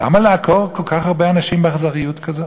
למה לעקור כל כך הרבה אנשים באכזריות כזאת?